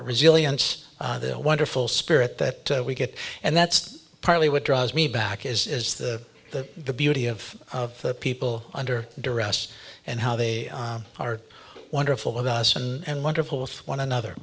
resilience the wonderful spirit that we get and that's partly what draws me back is the the the beauty of of the people under duress and how they are wonderful with us and wonderful with one another